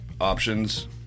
options